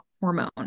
hormone